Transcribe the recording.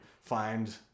find